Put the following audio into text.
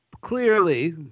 clearly